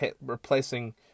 replacing